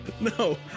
No